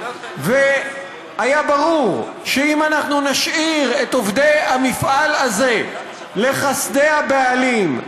והיה ברור שאם אנחנו נשאיר את עובדי המפעל הזה לחסדי הבעלים,